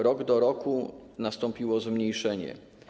Rok do roku nastąpiło zmniejszenie.